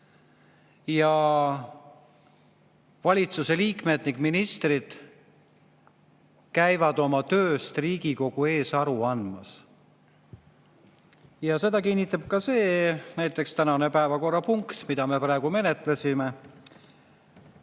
ja valitsuse liikmed ning ministrid käivad oma tööst Riigikogu ees aru andmas. Seda kinnitab näiteks ka see tänane päevakorrapunkt, mida me menetleme